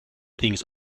things